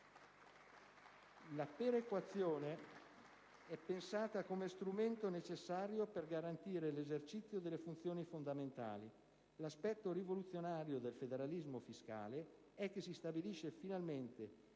La perequazione è pensata come strumento necessario per garantire l'esercizio delle funzioni fondamentali. L'aspetto rivoluzionario del federalismo fiscale è che si stabilisce, finalmente,